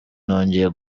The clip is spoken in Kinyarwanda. nongeye